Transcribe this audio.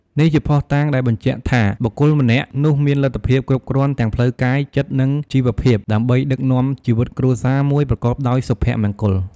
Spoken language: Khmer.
នេះជាភស្តុតាងដែលបញ្ជាក់ថា បុគ្គលម្នាក់នោះមានលទ្ធភាពគ្រប់គ្រាន់ទាំងផ្លូវកាយ ចិត្ត និងជីវភាព ដើម្បីដឹកនាំជីវិតគ្រួសារមួយប្រកបដោយសុភមង្គល។